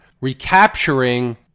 recapturing